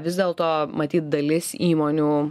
vis dėlto matyt dalis įmonių